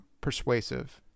persuasive